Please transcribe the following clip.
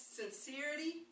sincerity